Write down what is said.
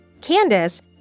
candace